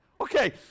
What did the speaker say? Okay